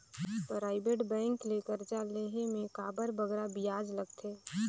private bank ले करजा लेहे में काबर बगरा बियाज लगथे